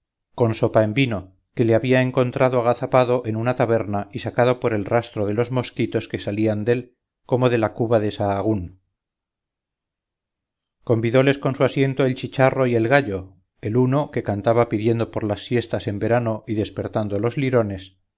con sopaenvino que le había encontrado agazapado en una taberna y sacado por el rastro de los mosquitos que salían dél como de la cuba de sahagún convidóles con su asiento el chicharro y el gallo el uno que cantaba pidiendo por las siestas en verano y despertando los lirones